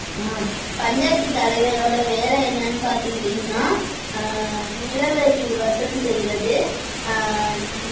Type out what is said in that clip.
பஞ்சாயத்து தலைவரோடய வேலை என்னான்னு பார்த்துக்கிட்டிங்கன்னா நிலம் வரி வசூல் செய்கிறது